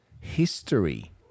history